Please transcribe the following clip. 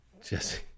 Jesse